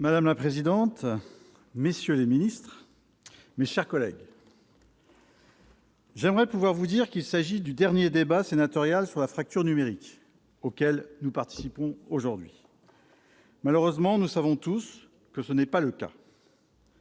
monsieur le ministre, monsieur le secrétaire d'État, mes chers collègues, j'aimerais pouvoir vous dire qu'il s'agit du dernier débat sénatorial sur la fracture numérique auquel nous participons aujourd'hui. Malheureusement, nous savons tous que ce n'est pas le cas.